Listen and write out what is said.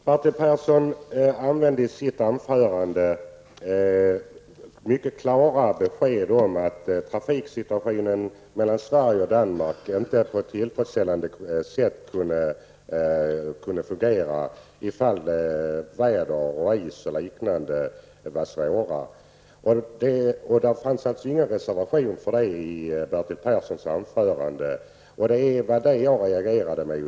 Herr talman! Bertil Persson gav i sitt anförande mycket klara besked om att trafiksituationen när det gäller förbindelserna mellan Sverige och Danmark inte kan fungera tillfredsställande ifall det är svåra t.ex. väder eller isförhållanden. Men någon reservation i det sammanhanget talas det inte om i Bertil Perssons anförande. Det är det som jag har reagerat på.